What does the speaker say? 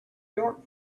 york